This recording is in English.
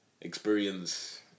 experience